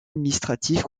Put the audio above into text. administratives